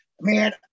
Man